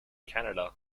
canada